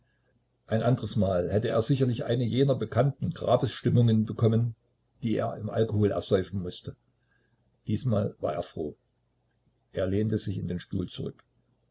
ein andres mal hätte er sicherlich eine jener bekannten grabesstimmungen bekommen die er im alkohol ersäufen mußte diesmal war er froh er lehnte sich in den stuhl zurück